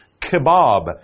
kebab